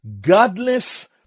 godless